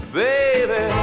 baby